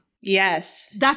Yes